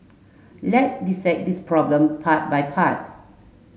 let dissect this problem part by part